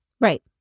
Right